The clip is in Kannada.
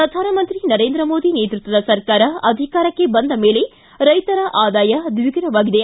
ಪ್ರಧಾನಮಂತ್ರಿ ನರೇಂದ್ರ ಮೋದಿ ನೇತೃತ್ವದ ಸರಕಾರ ಅಧಿಕಾರಕ್ಕೆ ಬಂದ ಮೇಲೆ ರೈತರ ಆದಾಯ ದ್ವಿಗುಣವಾಗಿದೆ